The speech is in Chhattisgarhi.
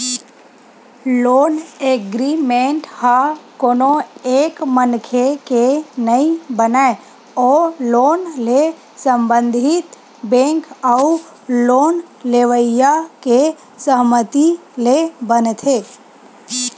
लोन एग्रीमेंट ह कोनो एक मनखे के नइ बनय ओ लोन ले संबंधित बेंक अउ लोन लेवइया के सहमति ले बनथे